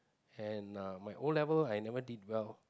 and uh my O level I never did well